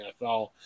NFL